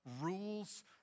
rules